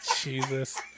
Jesus